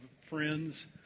friends